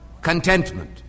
contentment